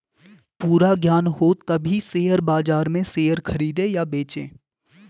पूरा ज्ञान हो तभी शेयर बाजार में शेयर खरीदे या बेचे